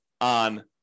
on